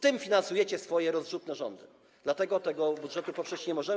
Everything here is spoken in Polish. Tym finansujecie swoje rozrzutne rządy, dlatego tego budżetu poprzeć nie możemy.